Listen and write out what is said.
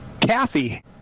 Kathy